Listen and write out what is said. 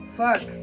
fuck